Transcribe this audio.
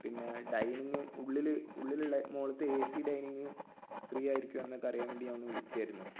പിന്നെ ഡൈനിങ് ഉള്ളിൽ ഉള്ളിലുള്ള മുകളിലത്തെ എ സി ഡൈനിങ് ഫ്രീ ആയിരിക്കുമോയെന്നൊക്കെ അറിയാന് വേണ്ടി ഞാന് ഒന്ന് വിളിച്ചതായിരുന്നു